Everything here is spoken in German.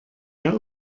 der